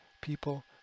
people